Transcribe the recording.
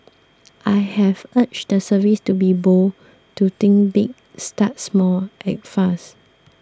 I've urged the service to be bold to think big start small act fast